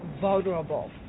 vulnerable